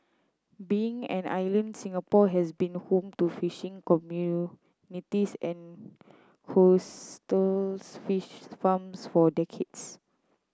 being an island Singapore has been home to fishing communities and coastal fish farms for decades